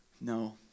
No